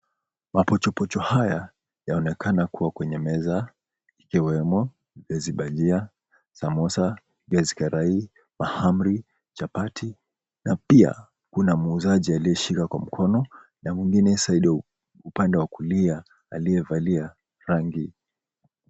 Mapochopocho haya yaonekana kuwa kwenye meza ikiwemo viazi bhajia, samosa, viazi karai, mahamri, chapati na pia kuna muuzaji aliyeshika kwa mkono na mwingine upande wa kulia aliyevalia rangi.